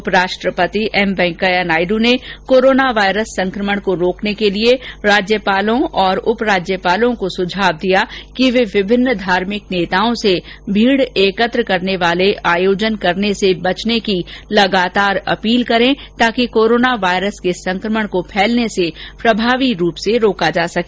उप राष्ट्रपति एम वेंकैया नायडू ने कोरोना वायरस के संकमण को रोकने के लिए राज्यपालों और उप राज्यपालों को सुझाव दिया कि वे विभिन्न धार्मिक नेताओं से भीड़ एकत्र करने वाले आयोजन करने से बचने की लगातार अपील करें ताकि कोरोना वायरस के संकमण को फैलने से प्रभावी रूप से रोका जा सके